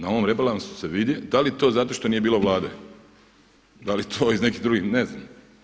Na ovom rebalansu se vidi da li je to zato što nije bolo Vlado, da li je to iz nekih drugih, ne znam.